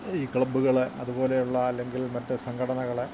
ഈ ക്ലബ്ബുകൾ അതുപോലെയുള്ള അല്ലെങ്കിൽ മറ്റു സംഘടനകൾ ഇതൊക്കെ